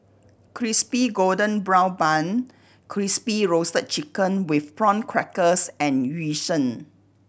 Crispy Golden Brown Bun Crispy Roasted Chicken with Prawn Crackers and Yu Sheng